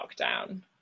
lockdown